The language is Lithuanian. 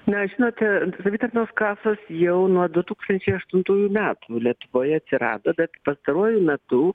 na žinote savitarnos kasos jau nuo du tūkstančiai aštuntųjų metų lietuvoje atsirado bet pastaruoju metu